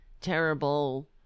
terrible